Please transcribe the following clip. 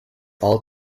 all